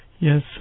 Yes